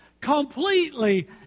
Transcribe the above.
completely